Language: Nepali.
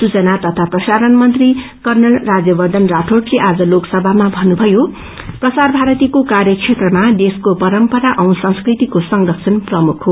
सूचना तथा प्रसारण मंत्री कर्नल राज्वयर्न राठौंडले आज लोकसभाम भन्नुभयो प्रसार भारतीको कार्यसेत्रमा देशको परम्परा औ संस्कतिको संरक्षण प्रमुख हो